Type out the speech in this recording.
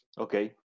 Okay